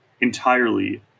entirely